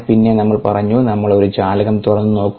പിന്നെ നമ്മൾ പറഞ്ഞു നമ്മൾ ഒരു ജാലകം തുറന്ന് നോക്കും